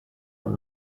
und